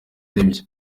aribyo